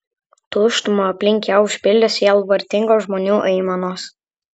tuštumą aplink ją užpildė sielvartingos žmonių aimanos